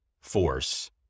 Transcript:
force